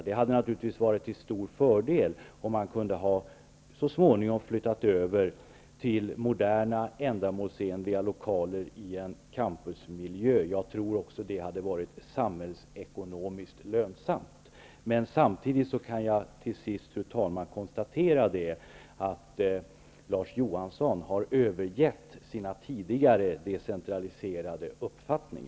Det hade varit till stor fördel om högskolan så småningom hade kunnat flytta över till moderna och ändamålsenliga lokaler i en campusmiljö. Jag tror också att det hade varit samhällsekonomiskt lönsamt. Fru talman! Till sist konstaterar jag att Larz Johansson har övergett sin tidigare uppfattning om decentralisering.